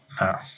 No